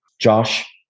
Josh